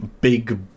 big